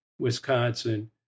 Wisconsin